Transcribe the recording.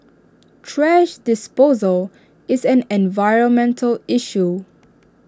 thrash disposal is an environmental issue